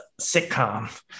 sitcom